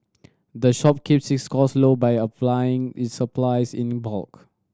the shop keeps its cost low by a plan its supplies in bulk